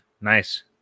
Nice